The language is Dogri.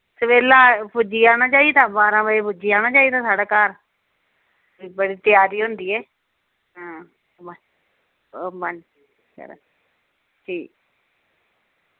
सबेल्ला पुज्जी जाना चाहिदा बारां बजे पुज्जी जाना चाहिदा साढ़ै घर बड़ी त्यारी होंदी ऐ हां ओह् न खरा ठीक